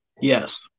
Yes